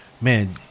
man